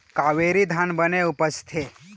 कावेरी धान बने उपजथे?